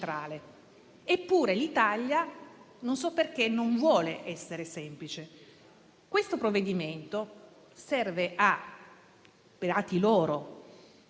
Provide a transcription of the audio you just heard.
Eppure l'Italia - non so perché - non vuole essere semplice. Questo provvedimento serve - beati loro